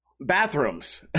bathrooms